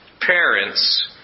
parents